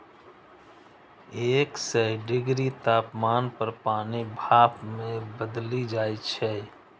एक सय डिग्री तापमान पर पानि भाप मे बदलि जाइ छै